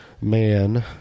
man